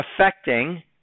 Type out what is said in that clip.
affecting